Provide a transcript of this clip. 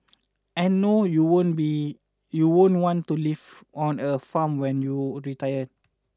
and no you won't be you won't want to live on a farm when you retire